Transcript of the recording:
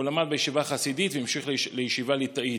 הוא למד בישיבה חסידית והמשיך לישיבה ליטאית.